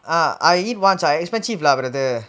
ah I eat once lah expensive ah love it there